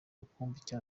rukumbi